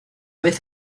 vez